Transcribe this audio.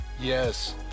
Yes